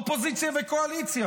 אופוזיציה וקואליציה.